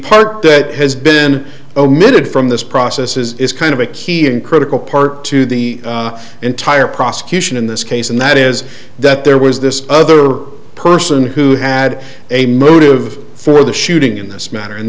part that has been omitted from this process is kind of a key and critical part to the entire prosecution in this case and that is that there was this other person who had a motive for the shooting in this matter and